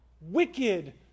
wicked